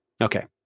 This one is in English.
Okay